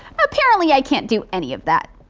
apparently i can't do any of that.